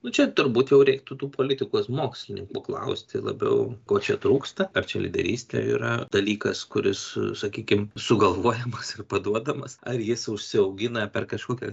nu čia turbūt jau reiktų tų politikos mokslininkų klausti labiau ko čia trūksta ar čia lyderystė yra dalykas kuris sakykim sugalvojamas ir paduodamas ar jis užsiaugina per kažkokią